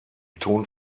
ton